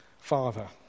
Father